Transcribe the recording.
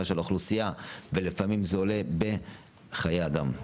של האוכלוסייה ולפעמים זה עולה בחיי אדם.